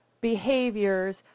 behaviors